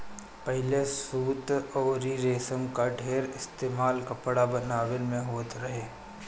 पहिले सूत अउरी रेशम कअ ढेर इस्तेमाल कपड़ा बनवला में होत रहे